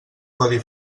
codi